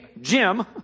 Jim